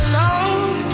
alone